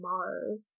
Mars